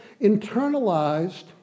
internalized